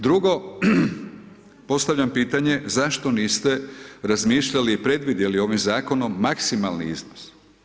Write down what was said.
Drugo, postavljam pitanje zašto niste razmišljali i predvidjeli ovim Zakonom, maksimalni iznos.